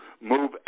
move